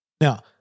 Now